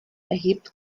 erhebt